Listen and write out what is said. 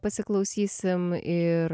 pasiklausysim ir